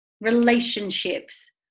relationships